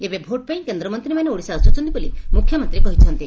ଏବେ ଭୋଟ ପାଇଁ କେନ୍ଦ୍ରମନ୍ତୀମାନେ ଓଡିଶା ଆସୁଛନ୍ତି ବୋଲି ମୁଖ୍ୟମନ୍ତ୍ରୀ କହିଛନ୍ତି